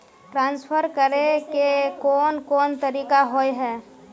Transfer करे के कोन कोन तरीका होय है?